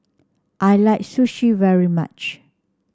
I like Sushi very much